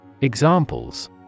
Examples